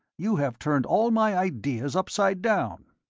you have turned all my ideas upside down.